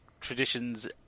traditions